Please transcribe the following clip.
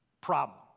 problem